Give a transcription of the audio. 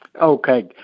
Okay